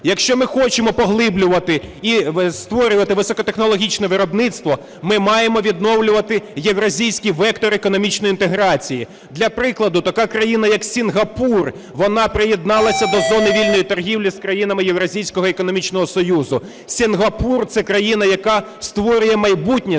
Якщо ми хочемо поглиблювати і створювати високотехнологічне виробництво, ми маємо відновлювати євразійський вектор економічної інтеграції. Для прикладу. Така країна як Сінгапур, вона приєдналася до зони вільної торгівлі з країнами Євразійського економічного союзу. Сінгапур – це країна, яка створює майбутнє,